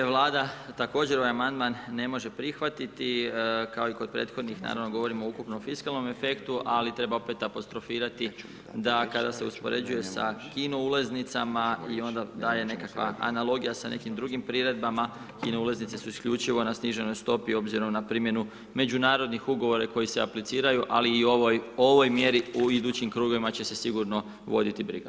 Vlada također ovaj amandman ne može prihvatiti kao i kod prethodnih naravno govorimo o ukupnom fiskalnom efektu ali treba opet apostrofirati da kada se uspoređuje sa kino ulaznicama i onda daje nekakva analogija sa nekim drugim priredbama kino ulaznice su isključivo na sniženoj stopi s obzirom na primjenu međunarodnih ugovora koji se apliciraju ali i o ovoj mjeri u idućim krugovima će se sigurno voditi briga.